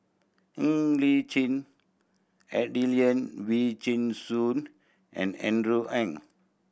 Ng Li Chin Adelene Wee Chin Suan and Andrew Ang